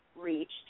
reached